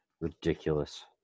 Ridiculous